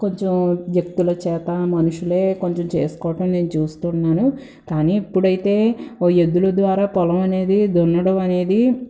కొంచెం వ్యక్తుల చేత మనుషులే కొంచెం చేసుకోవటం నేను చూస్తూ ఉంటాను కానీ ఇప్పుడైతే ఎద్దుల ద్వారా పొలమనేది దున్నడమనేది